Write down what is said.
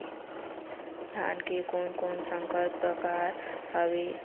धान के कोन कोन संकर परकार हावे?